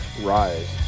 RISE